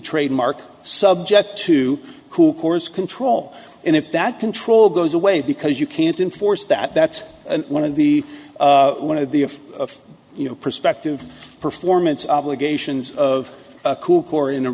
trademark subject to cool corps control and if that control goes away because you can't enforce that that's one of the one of the if you know prospective performance obligations of a kook or in